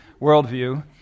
worldview